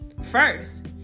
first